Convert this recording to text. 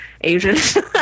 Asian